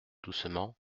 doucement